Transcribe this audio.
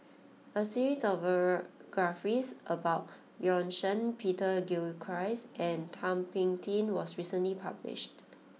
a series of biographies about Bjorn Shen Peter Gilchrist and Thum Ping Tjin was recently published